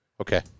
okay